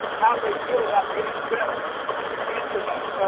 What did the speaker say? how they feel about getting dressed into the